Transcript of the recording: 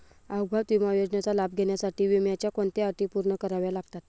अपघात विमा योजनेचा लाभ घेण्यासाठी विम्याच्या कोणत्या अटी पूर्ण कराव्या लागतात?